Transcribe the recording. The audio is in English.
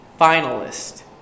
finalist